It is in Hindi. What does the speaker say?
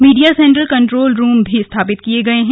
मीडिया सेंटर कंट्रोल रूम भी स्थापित किए गए हैं